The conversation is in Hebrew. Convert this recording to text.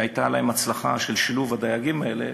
הייתה להם הצלחה בשילוב הדייגים האלה